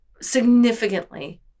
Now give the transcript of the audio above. significantly